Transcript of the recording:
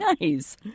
nice